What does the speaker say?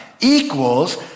equals